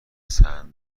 سنت